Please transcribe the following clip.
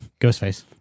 Ghostface